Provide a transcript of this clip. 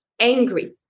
angry